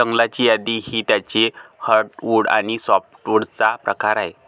जंगलाची यादी ही त्याचे हर्टवुड आणि सॅपवुडचा प्रकार आहे